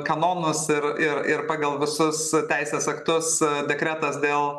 kanonus ir ir ir pagal visus teisės aktus dekretas dėl